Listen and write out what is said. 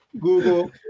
Google